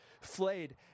flayed